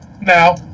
Now